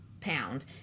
pound